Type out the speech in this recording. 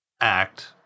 act